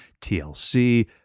TLC